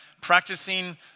practicing